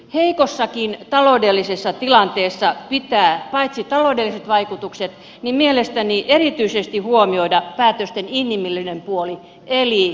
heikossakin taloudellisessa tilanteessa pitää mielestäni paitsi taloudelliset vaikutukset erityisesti huomioida myös päätösten inhimillinen puoli eli lapsen näkökulma